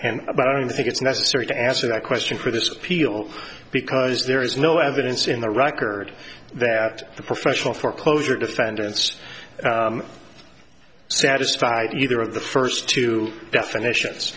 and but i don't think it's necessary to answer that question for this appeal because there is no evidence in the record that the professional foreclosure defendants satisfied either of the first two definitions